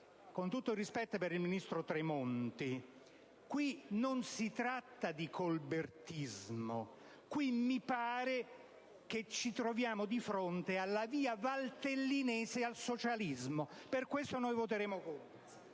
con tutto il rispetto per il ministro Tremonti, qui non si tratta di colbertismo: qui mi pare ci troviamo di fronte alla via valtellinese al socialismo. Per questo noi voteremo contro.